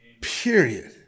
Period